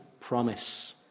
promise